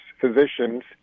physicians